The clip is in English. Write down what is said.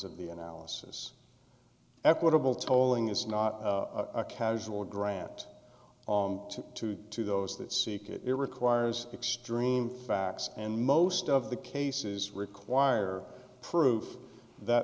of the analysis equitable tolling is not a casual grant to to those that seek it it requires extreme facts and most of the cases require proof that